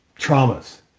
traumas,